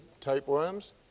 tapeworms